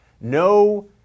no